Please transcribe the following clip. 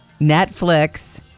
Netflix